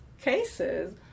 cases